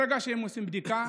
ברגע שהם עושים בדיקה,